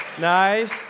Nice